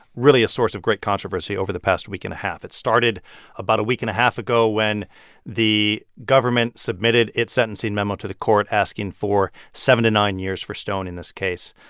really, a source of great controversy over the past week and a half. it started about a week and a half ago, when the government submitted its sentencing memo to the court asking for seven to nine years for stone in this case.